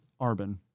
Arbin